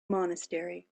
monastery